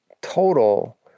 total